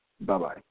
Bye-bye